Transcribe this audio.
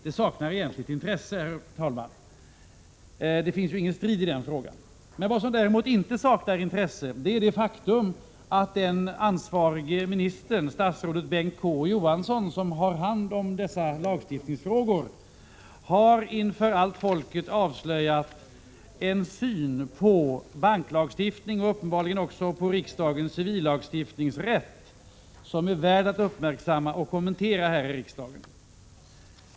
Detta saknar egentligen intresse, herr talman, eftersom det inte föreligger någon strid i denna fråga. Vad som däremot inte saknar intresse är det faktum att den ansvarige ministern, statsrådet Bengt K. Å. Johansson, som har hand om dessa lagstiftningsfrågor, inför allt folket har avslöjat en syn på banklagstiftning, och uppenbarligen också på riksdagens civillagstiftningsrätt, som är värd att uppmärksamma och kommentera här i riksdagen.